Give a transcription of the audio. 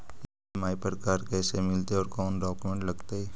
EMI पर car कैसे मिलतै औ कोन डाउकमेंट लगतै?